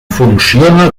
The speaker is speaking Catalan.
funciona